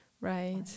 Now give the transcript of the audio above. Right